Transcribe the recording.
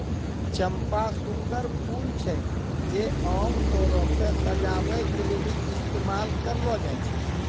चंपा सुंदर फूल छै जे आमतौरो पे सजाबै के लेली इस्तेमाल करलो जाय छै